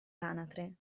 anatre